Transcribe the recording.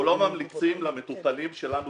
אנחנו לא ממליצים למטופלים שלנו